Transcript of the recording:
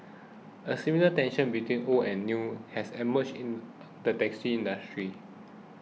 a similar tension between old and new has emerged in the taxi industry